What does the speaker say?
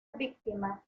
víctima